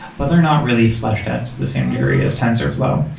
but they're not really flashed at to the same degree as tensorflow,